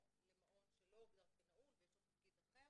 למעון שלא הוגדר כנעול ויש לו תפקיד אחר,